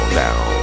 down